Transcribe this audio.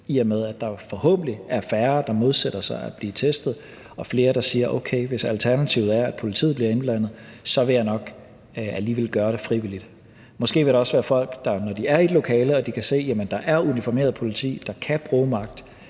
i og med at der forhåbentlig er færre, der modsætter sig at blive testet, og flere, der siger: Okay, hvis alternativet er, at politiet bliver indblandet, så vil jeg nok alligevel gøre det frivilligt. Måske vil der også være folk, der, når de er i et lokale og kan se, at der er uniformeret politi, der kan bruge magt,